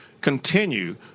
continue